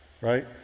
right